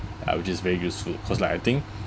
uh which is very useful cause like I think